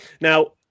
Now